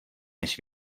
než